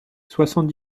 soixante